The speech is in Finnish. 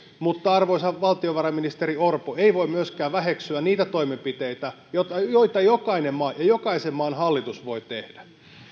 mutta arvoisa valtiovarainministeri orpo ei voi myöskään väheksyä niitä toimenpiteitä joita joita jokainen maa ja jokaisen maan hallitus voi tehdä